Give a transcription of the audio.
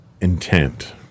intent